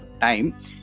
time